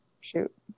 shoot